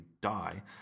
die